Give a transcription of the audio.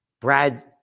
Brad